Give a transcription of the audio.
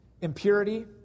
impurity